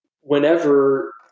whenever